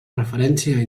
referència